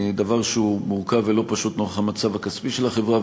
דבר שהוא מורכב ולא פשוט נוכח המצב הכספי של החברה.